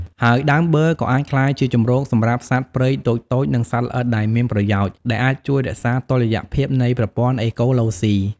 ហើយដើមបឺរ ក៏អាចក្លាយជាជម្រកសម្រាប់សត្វព្រៃតូចៗ និងសត្វល្អិតដែលមានប្រយោជន៍ ដែលអាចជួយរក្សាតុល្យភាពនៃប្រព័ន្ធអេកូឡូស៊ី។